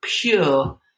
pure